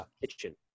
kitchen